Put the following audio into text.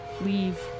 leave